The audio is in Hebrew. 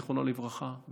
זיכרונו לברכה,